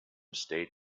state